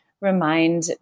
remind